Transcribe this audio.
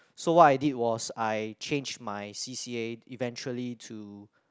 so what I did was I change my C_C_A eventually to